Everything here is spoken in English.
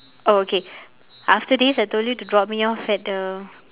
oh okay after this I told you to drop me off at the